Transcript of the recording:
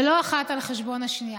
ולא אחת על חשבון השנייה.